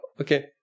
okay